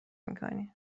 میکنی